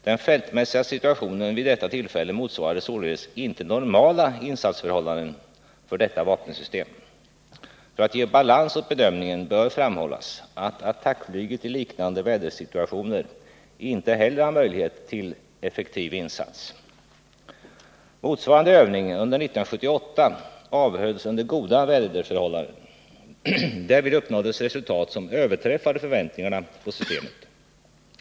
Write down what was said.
Den fältmässiga situationen vid detta tillfälle motsvarade således inte normala insatsförhållanden för detta vapensystem. För att ge balans åt bedömningen bör framhållas att attackflyget i liknande vädersituationer inte heller har möjlighet till en effektiv insats. Motsvarande övning under 1978 avhölls under goda väderförhållanden. Därvid uppnåddes resultat som överträffade förväntningarna på systemet.